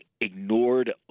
ignored